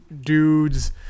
dudes